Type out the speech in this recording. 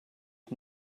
use